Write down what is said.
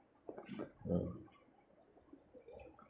ah